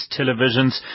televisions